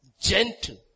gentle